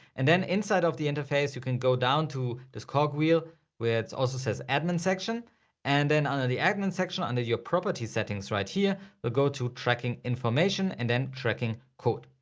and then inside of the interface you can go down to this cog wheel which also says admin section and then under the admin section under your property settings right here the go to tracking information and then tracking code.